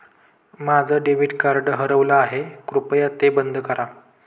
माझं debit card हरवलं आहे, कृपया ते बंद करा